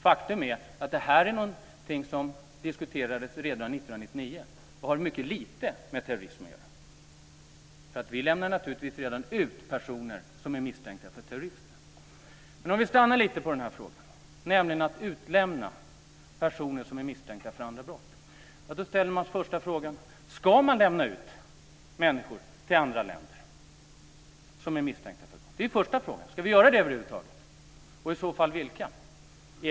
Faktum är att det här är någonting som diskuterades redan 1999 och som har mycket lite med terrorism att göra. Vi lämnar naturligtvis redan nu ut personer som är misstänkta för terrorism. Om vi stannar lite vid frågan om att utlämna personer som är misstänkta för andra brott, ställer man sig den första frågan: Ska vi lämna ut människor som är misstänkta för brott till andra länder? Ska vi göra det över huvud taget, och i så fall vilka?